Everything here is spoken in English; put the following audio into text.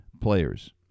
players